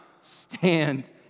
stand